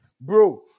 Bro